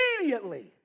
Immediately